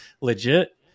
legit